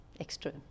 extra